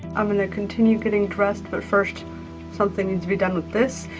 i'm going to continue getting dressed but first something needs to be done with this.